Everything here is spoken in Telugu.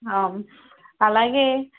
అలాగే